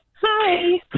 Hi